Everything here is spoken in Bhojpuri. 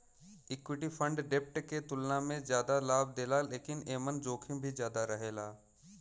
इक्विटी फण्ड डेब्ट के तुलना में जादा लाभ देला लेकिन एमन जोखिम भी ज्यादा रहेला